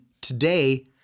today